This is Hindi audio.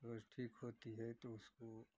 तो जब ठीक होती है तो उसको